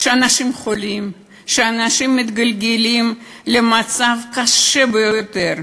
שאנשים חולים, שאנשים מתגלגלים למצב קשה ביותר?